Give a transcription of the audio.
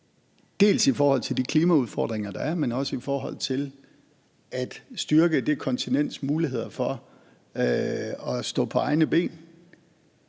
dels i forhold til de klimaudfordringer, der er, men også for at styrke det kontinents muligheder for at stå på egne ben.